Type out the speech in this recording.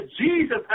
Jesus